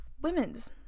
women's